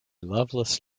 loveless